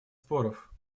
споров